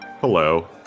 Hello